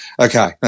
okay